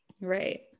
Right